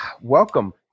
welcome